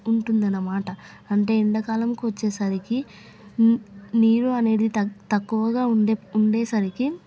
ఉంటుంది అన్నమాట అంటే ఎండాకాలం వచ్చేసరికి నీరు అనేది తక్కువగా ఉండే ఉండేసరికి